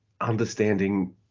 understanding